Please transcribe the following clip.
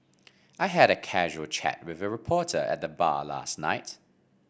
I had a casual chat with a reporter at the bar last night